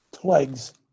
plagues